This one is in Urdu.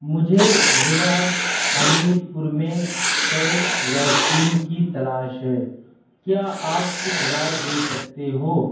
مجھے ضلع حمیرپور میں پیڈ ویکسین کی تلاش ہے کیا آپ کچھ رائے دے سکتے ہو